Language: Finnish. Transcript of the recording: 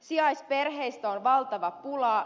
sijaisperheistä on valtava pula